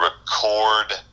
record